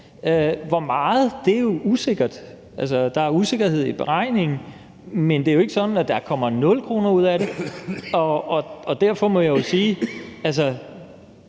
ud af det, er jo usikkert. Altså, der er usikkerhed i beregningen, men det er jo ikke sådan, at der kommer 0 kr. ud af det, og derfor må jeg sige: Der